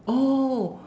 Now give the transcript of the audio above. oh